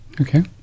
Okay